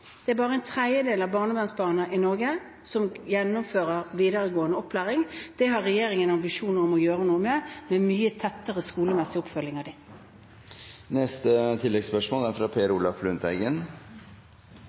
Norge som gjennomfører videregående opplæring. Det har regjeringen ambisjoner om å gjøre noe med, med mye tettere skolemessig oppfølging av dem. Per Olaf Lundteigen – til oppfølgingsspørsmål. På dette området, som på mange andre områder, er